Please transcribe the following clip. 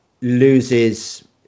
loses